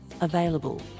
available